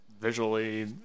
visually